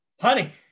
Honey